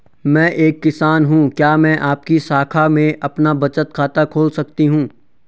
मैं एक किसान हूँ क्या मैं आपकी शाखा में अपना बचत खाता खोल सकती हूँ?